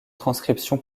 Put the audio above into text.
transcription